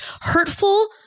hurtful